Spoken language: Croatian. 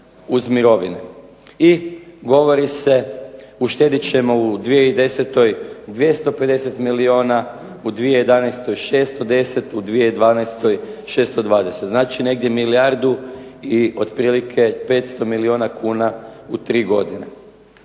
I govori se, uštedit ćemo u 2010. 250 milijuna, u 2011. 610, u 2012. 620, znači negdje milijardu i otprilike 500 milijuna kuna u tri godine.